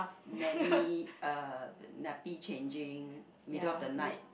nanny uh nappy changing middle of the night